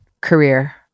career